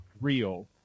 real